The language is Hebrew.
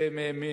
אבל בממוצע,